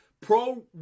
pro